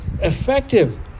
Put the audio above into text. effective